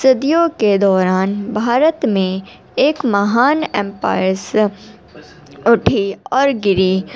صدیوں کے دوران بھارت میں ایک مہان ایمپائر سا اٹھی اور گری